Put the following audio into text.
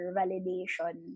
validation